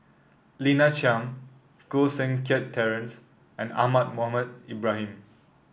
Lina Chiam Koh Seng Kiat Terence and Ahmad Mohamed Ibrahim